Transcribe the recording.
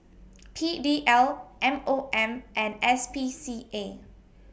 P D L M O M and S P C A